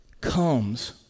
comes